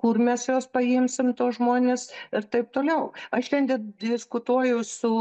kur mes juos paimsim tuos žmones ir taip toliau aš šiandien diskutuoju su